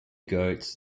goats